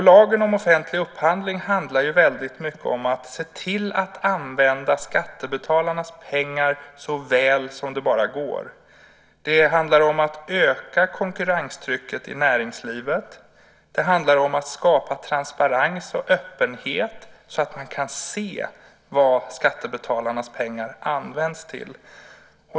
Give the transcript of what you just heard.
Lagen om offentlig upphandling handlar väldigt mycket om att se till att använda skattebetalarnas pengar så väl som det bara går. Det handlar om att öka konkurrenstrycket i näringslivet. Det handlar om att skapa transparens och öppenhet så att man kan se vad skattebetalarnas pengar används till.